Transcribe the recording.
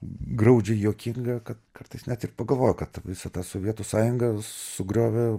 graudžiai juokinga kad kartais net ir pagalvoju kad visą tą sovietų sąjungą sugriovė